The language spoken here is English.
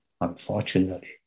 Unfortunately